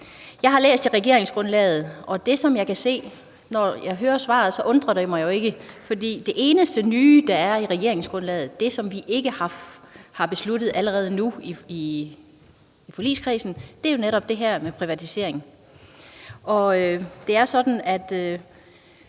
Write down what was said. Jeg har læst regeringsgrundlaget, og når jeg hører svaret, undrer det mig jo ikke, for det eneste nye, der er i regeringsgrundlaget – det, vi ikke allerede har besluttet i forligskredsen – er netop det her med privatisering. Det er sådan, at